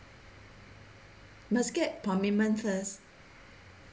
must get commitment first